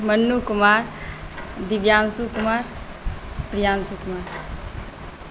Mannu Kumar Divyanshu Kumar Priyanshu Kumar